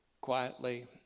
quietly